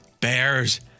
Bears